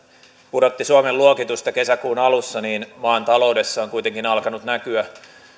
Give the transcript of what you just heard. pudotti suomen luokitusta kesäkuun alussa niin maan taloudessa on kuitenkin alkanut näkyä